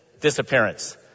disappearance